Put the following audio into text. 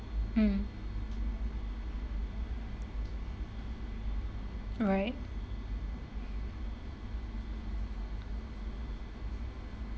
mm right